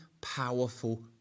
powerful